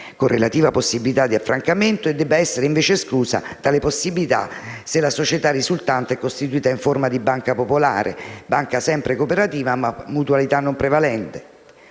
con relativa possibilità di affrancamento, e debba essere invece esclusa tale possibilità se la società risultante è costituita in forma di banca popolare, banca sempre cooperativa, ma a mutualità non prevalente.